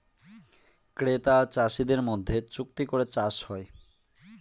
ক্রেতা আর চাষীদের মধ্যে চুক্তি করে চাষ হয়